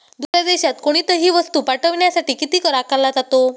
दुसऱ्या देशात कोणीतही वस्तू पाठविण्यासाठी किती कर आकारला जातो?